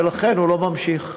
זה לא נמשך.